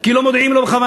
כי לא מודיעים לו בכוונה.